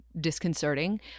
disconcerting